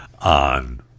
on